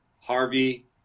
Harvey